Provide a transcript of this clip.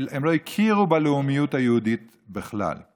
הם לא הכירו בלאומיות היהודית בכלל.